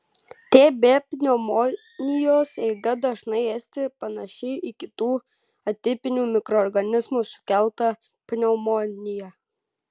tb pneumonijos eiga dažnai esti panaši į kitų atipinių mikroorganizmų sukeltą pneumoniją